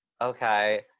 okay